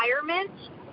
environment